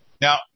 Now